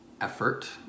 effort